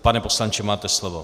Pane, poslanče, máte slovo.